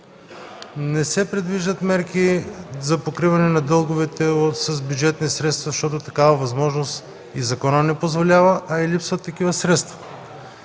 Не се предвиждат мерки за покриване на дълговете с бюджетни средства, защото такава възможност и законът не позволява, а и липсват такива средства.